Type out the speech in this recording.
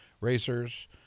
racers